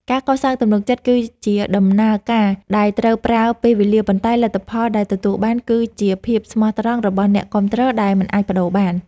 ការកសាងទំនុកចិត្តគឺជាដំណើរការដែលត្រូវប្រើពេលវេលាប៉ុន្តែលទ្ធផលដែលទទួលបានគឺជាភាពស្មោះត្រង់របស់អ្នកគាំទ្រដែលមិនអាចប្តូរបាន។